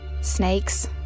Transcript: Snakes